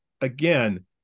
again